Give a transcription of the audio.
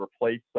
replace